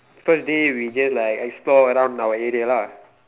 first day we just like explore around our area lah